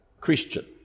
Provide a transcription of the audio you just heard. Christian